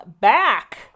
back